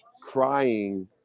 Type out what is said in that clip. crying